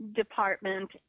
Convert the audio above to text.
department